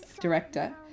director